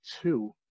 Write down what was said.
two